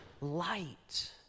light